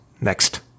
next